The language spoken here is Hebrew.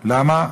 למה?